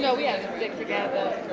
yeah we have to stick together.